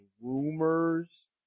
rumors